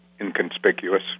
inconspicuous